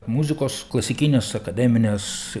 muzikos klasikinės akademinės